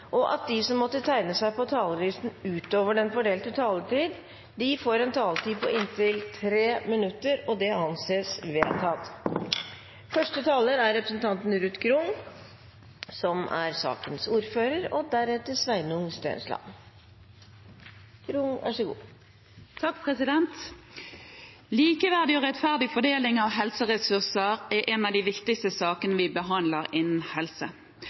og at de som måtte tegne seg på talerlisten utover den fordelte taletid, får en taletid på inntil 3 minutter. – Det anses vedtatt. Likeverdig og rettferdig fordeling av helseressurser er en av de viktigste sakene vi behandler innen helse.